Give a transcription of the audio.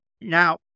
Now